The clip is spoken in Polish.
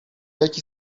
jaki